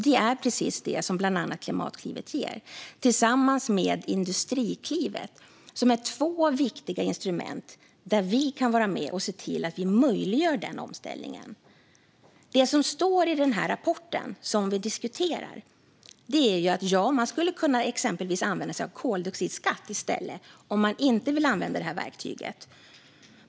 Det är precis det som bland annat Klimatklivet ger, tillsammans med Industriklivet. Detta är två viktiga instrument med vilka vi kan vara med och se till att vi möjliggör omställningen. Det som står i den rapport vi diskuterar är att man exempelvis skulle kunna använda sig av koldioxidskatt i stället om man inte vill använda detta verktyg.